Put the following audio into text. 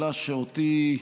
שאלה שאותי,